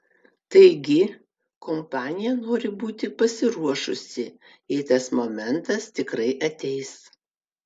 taigi kompanija nori būti pasiruošusi jei tas momentas tikrai ateis